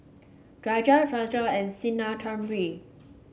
Rajat Razia and Sinnathamby